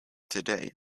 today